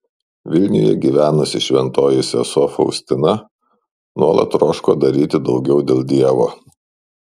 vilniuje gyvenusi šventoji sesuo faustina nuolat troško daryti daugiau dėl dievo